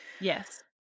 yes